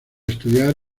estudiar